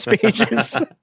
pages